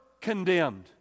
condemned